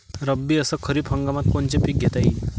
रब्बी अस खरीप हंगामात कोनचे पिकं घेता येईन?